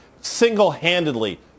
Single-handedly